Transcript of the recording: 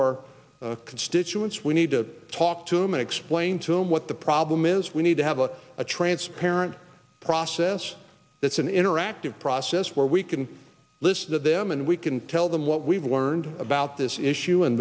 our constituents we need to talk to him and explain to what the problem is we need to have a a transparent process that's an interactive process where we can listen to them and we can tell them what we've learned about this issue